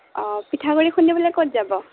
অঁ পিঠাগুৰি খুন্দিবলৈ ক'ত যাব